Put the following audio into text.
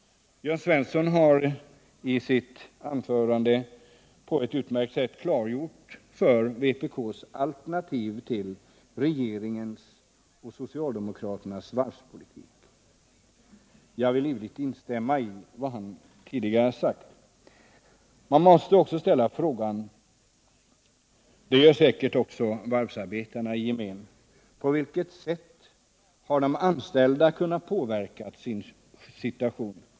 Jörn Svensson har i sitt anförande på ett utmärkt sätt klargjort vpk:s alternativ till regeringens och socialdemokraternas varvspolitik. Jag vill livligt instämma i vad han sagt. Man måste också ställa frågan, och det gör säkert varvsarbetarna i gemen: På vilket sätt har de anställda kunnat påverka sin situation?